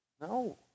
No